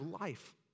life